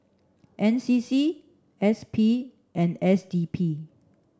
N C C S P and S D P